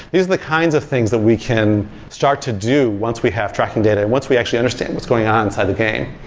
these are the kinds of things that we can start to do once we have tracking data, and once we actually understand what's going on inside the game.